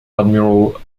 admiral